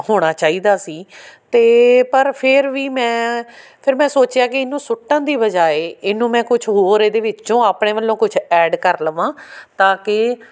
ਹੋਣਾ ਚਾਹੀਦਾ ਸੀ ਅਤੇ ਪਰ ਫਿਰ ਵੀ ਮੈਂ ਫਿਰ ਮੈਂ ਸੋਚਿਆ ਕਿ ਇਹਨੂੰ ਸੁੱਟਣ ਦੀ ਬਜਾਏ ਇਹਨੂੰ ਮੈਂ ਕੁਛ ਹੋਰ ਇਹਦੇ ਵਿੱਚੋਂ ਆਪਣੇ ਵੱਲੋਂ ਕੁਛ ਐਡ ਕਰ ਲਵਾਂ ਤਾਂ ਕਿ